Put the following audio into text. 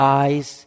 eyes